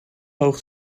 hoog